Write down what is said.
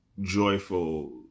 joyful